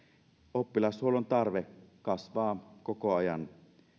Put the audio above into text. oppilashuollon tarve kasvaa koko ajan